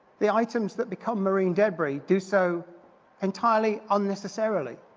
the items that become marine debris do so entirely unnecessarily.